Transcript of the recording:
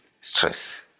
stress